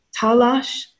Talash